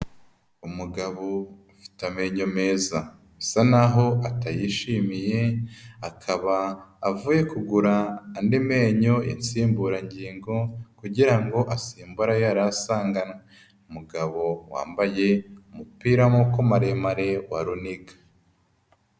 Umugabo ufite amenyo meza, bisa naho atayishimiye akaba avuye kugura andi menyo y'insimburangingo kugira ngo asimbure ayo yari asanganwe, umugabo wambaye umupira w'amaboko maremare wa runiga.